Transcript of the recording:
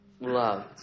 love